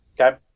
Okay